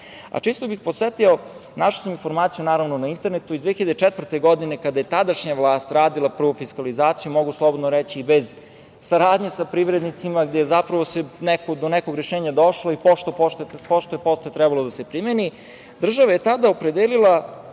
bih, našao sam informaciju na internetu iz 2004. godine, a kada je tadašnja vlast radila prvu fiskalizaciju, mogu slobodno reći, bez saradnje sa privrednicima, gde se do nekog rešenja došlo i pošto-poto je trebalo da se primeni, država je tada opredelila,